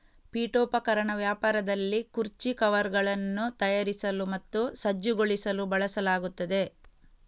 ಪೀಠೋಪಕರಣ ವ್ಯಾಪಾರದಲ್ಲಿ ಕುರ್ಚಿ ಕವರ್ಗಳನ್ನು ತಯಾರಿಸಲು ಮತ್ತು ಸಜ್ಜುಗೊಳಿಸಲು ಬಳಸಲಾಗುತ್ತದೆ